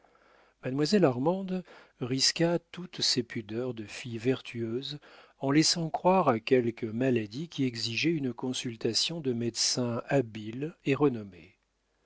mademoiselle armande risqua toutes ses pudeurs de fille vertueuse en laissant croire à quelque maladie qui exigeait une consultation de médecins habiles et renommés